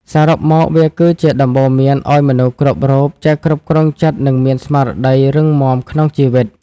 សរុបមក វាគឺជាដំបូន្មានឱ្យមនុស្សគ្រប់រូបចេះគ្រប់គ្រងចិត្ត និងមានស្មារតីរឹងមាំក្នុងជីវិត។